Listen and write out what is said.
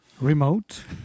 remote